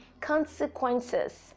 consequences